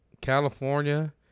California